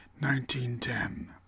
1910